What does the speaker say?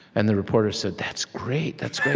and the reporter said, that's great. that's great.